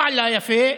זה לא עלה יפה,